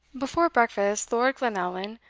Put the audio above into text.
before breakfast, lord glenallan,